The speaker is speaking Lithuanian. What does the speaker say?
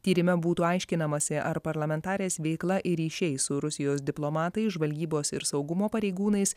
tyrime būtų aiškinamasi ar parlamentarės veikla ryšiai su rusijos diplomatais žvalgybos ir saugumo pareigūnais